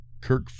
Kirk